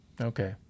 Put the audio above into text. Okay